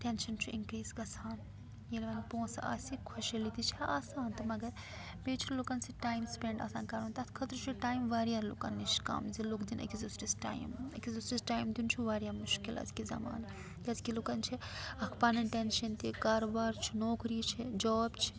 tension چھُ increase گَژھان ییٚلہِ وَنہٕ پونٛسہٕ آسہِ خۄشٲلی تہِ چھےٚ آسان تہٕ مگر بیٚیہِ چھُ لُکَن سۭتۍ ٹایم سپٮ۪نٛڈ آسان کَرُن تَتھ خٲطرٕ چھُ ٹایم واریاہ لُکَن نِش کَم زِ لُکھ دِن أکِس دوٗرِس ٹایم أکِس دُوٗرِس ٹایم دِیُن چھُ واریاہ مُشکل أزکہِ زَمانہٕ کیٛازِکہِ لُکَن چھِ اَکھ پَنٕنۍ ٹٮ۪نشَن تہِ کارُبار چھِ نوکری چھِ جاب چھِ